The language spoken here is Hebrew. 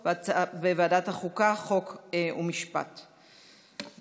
את השר רפי פרץ ואת חברת הכנסת קרן ברק,